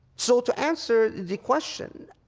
so to answer the question,